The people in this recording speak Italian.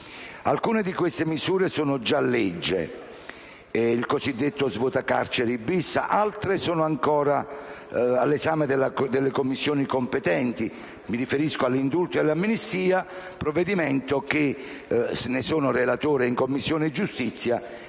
Alcune di queste misure sono già legge, come il cosiddetto svuota carceri *bis*, mentre altre sono ancora all'esame delle Commissioni competenti: mi riferisco all'indulto e all'amnistia, provvedimento del quale sono relatore in Commissione giustizia,